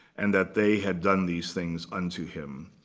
and that they had done these things unto him.